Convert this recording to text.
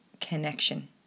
connection